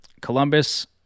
Columbus